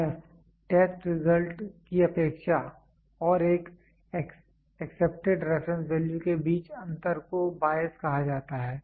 बायस test result की अपेक्षा और एक एक्सेप्टेड रेफरेंस वैल्यू के बीच अंतर को बायस कहा जाता है